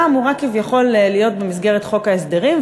אמורה כביכול להיות במסגרת חוק ההסדרים,